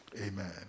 Amen